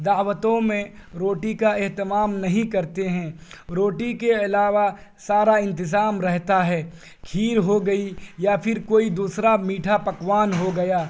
دعوتوں میں روٹی کا اہتمام نہیں کرتے ہیں روٹی کے علاوہ سارا انتظام رہتا ہے کھیر ہو گئی یا پھر کوئی دوسرا میٹھا پکوان ہو گیا